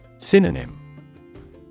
Synonym